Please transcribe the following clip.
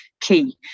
key